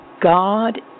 God